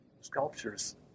sculptures